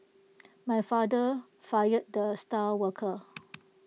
my father fired the star worker